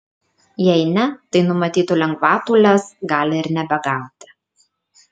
jei ne tai numatytų lengvatų lez gali ir nebegauti